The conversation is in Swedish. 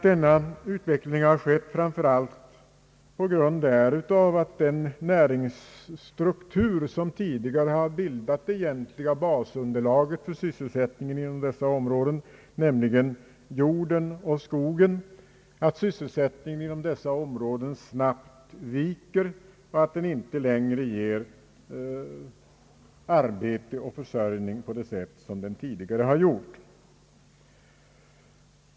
Denna utveckling har skett framför allt på grund därav att den näringsstruktur som tidigare bildat det egentliga underlaget för sysselsättningen inom dessa områden, nämligen jorden och skogen, snabbt viker och inte längre ger arbete och försörjning på det sätt som den tidigare har gjort.